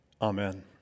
Amen